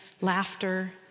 laughter